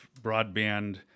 Broadband